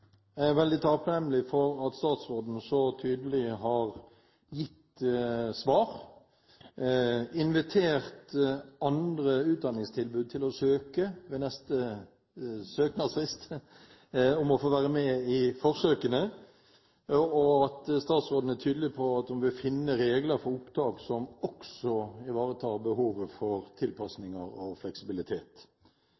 Jeg er veldig takknemlig for at statsråden så tydelig har gitt svar, har invitert andre utdanningstilbud til ved neste søknadsfrist å søke om å få være med i forsøkene, og at statsråden er tydelig på at hun vil finne regler for opptak som også ivaretar behovet for